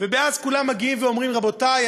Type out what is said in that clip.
אז כולם מגיעים ואומרים: רבותי,